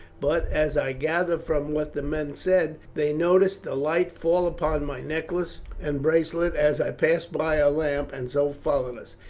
but, as i gathered from what the men said, they noticed the light fall upon my necklace and bracelet as i passed by a lamp, and so followed us.